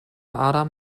adam